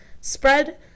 spread